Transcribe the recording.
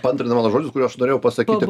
paantrino man žodžius kur aš norėjau pasakyti